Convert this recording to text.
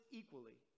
equally